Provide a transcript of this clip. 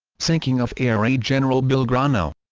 sinking of ara general belgrano